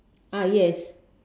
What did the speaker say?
ah yes